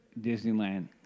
Disneyland